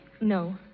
No